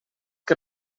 que